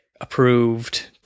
approved